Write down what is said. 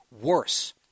worse